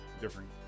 different